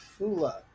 Fula